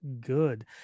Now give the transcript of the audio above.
good